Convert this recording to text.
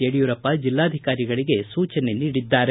ಯಡಿಯೂರಪ್ಪ ಜಿಲ್ಲಾಧಿಕಾರಿಗಳಗೆ ಸೂಚನೆ ನೀಡಿದ್ದಾರೆ